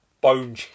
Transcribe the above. bone